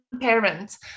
parents